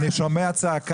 אני שומע צעקה.